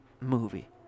movie